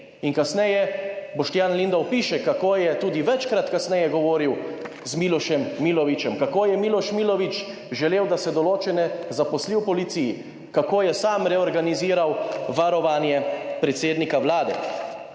In kasneje Boštjan Lindav piše, kako je tudi večkrat kasneje govoril z Milošem Milovićem. Kako je Miloš Milović želel, da se določene zaposli v policiji, kako je sam reorganiziral varovanje predsednika Vlade.